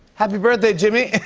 happy birthday, jimmy.